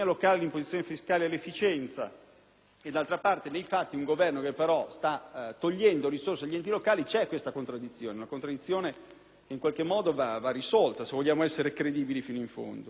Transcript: D'altra parte, nei fatti, con un Governo che sta togliendo risorse agli enti locali c'è questa contraddizione, che in qualche modo va risolta se vogliamo essere credibili fino in fondo, altrimenti resta un libro dei sogni,